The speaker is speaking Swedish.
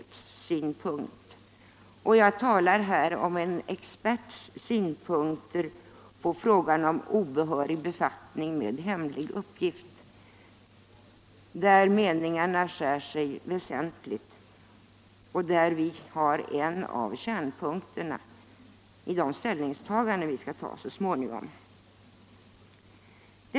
Någon sådan anledning fanns inte när MMU avlämnade sitt betänkande, 2ftersom då endast förelåg Sjöbergs förslag.” Jag talar här om en experts synpunkter på frågan om obehörig befattning med hemlig uppgift, där meningarna skär sig väsentligt och där vi har en av kärnpunkterna i de ställningstaganden vi skall göra så småningom.